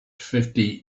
fifty